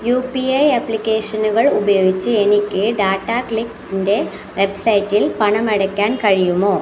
U P I ആപ്ലിക്കേഷനുകൾ ഉപയോഗിച്ച് എനിക്ക് ടാറ്റാക്ലിക്കിൻ്റെ വെബ്സൈറ്റിൽ പണം അടയ്ക്കാൻ കഴിയുമോ